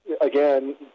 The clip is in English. again